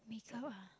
make up ah